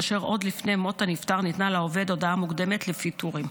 כאשר עוד לפני מות הנפטר ניתנה לעובד הודעה מוקדמת לפיטורים.